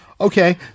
Okay